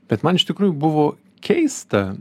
bet man iš tikrųjų buvo keista